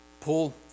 pull